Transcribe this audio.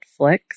Netflix